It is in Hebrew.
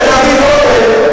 לפני חודשיים ושנתיים.